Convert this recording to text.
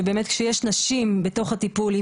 כשיש נשים בתוך הטיפול,